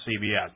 CBS